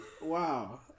Wow